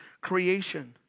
creation